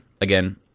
Again